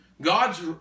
God's